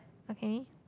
okay